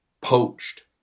poached